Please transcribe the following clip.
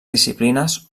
disciplines